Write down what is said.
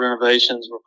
renovations